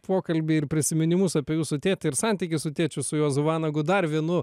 pokalbį ir prisiminimus apie jūsų tėtį ir santykius su tėčiu su juozu vanagu dar vienu